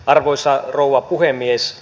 arvoisa rouva puhemies